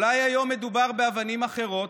אולי היום מדובר באבנים אחרות?